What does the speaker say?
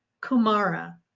Kumara